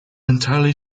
entirely